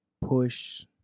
push